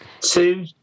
two